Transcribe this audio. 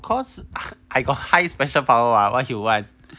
cause I got high special power what what you want